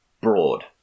broad